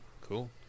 Cool